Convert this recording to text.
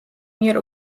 მიერ